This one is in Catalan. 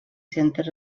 centes